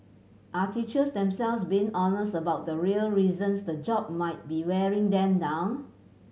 are teachers themselves being honest about the real reasons the job might be wearing them down